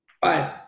Five